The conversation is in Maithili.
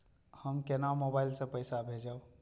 हम केना मोबाइल से पैसा भेजब?